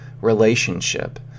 relationship